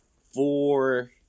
four